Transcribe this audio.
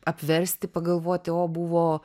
apversti pagalvoti o buvo